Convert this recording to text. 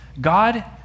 God